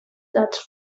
that